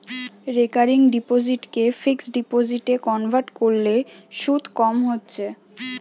recurring ডিপোসিটকে fixed ডিপোজিটে convert কোরলে শুধ কম হচ্ছে